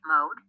mode